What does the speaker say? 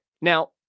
Now